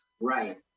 Right